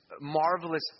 marvelous